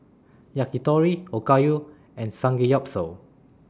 Yakitori Okayu and Samgeyopsal